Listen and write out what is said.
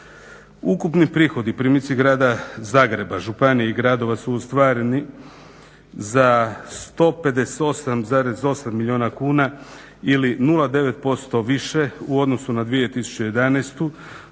Ukupni prihodi i primici grada Zagreba, županije i gradova su ostvareni za 158,8 milijuna kuna ili 0,9% više u odnosu na 2011.dok